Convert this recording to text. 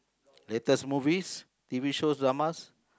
latest movies t_v shows dramas